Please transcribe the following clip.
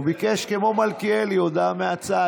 הוא ביקש כמו מלכיאלי הודעה מהצד.